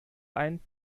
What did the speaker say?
ein